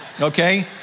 okay